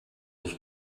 ich